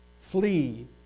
flee